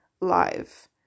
live